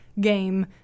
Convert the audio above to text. game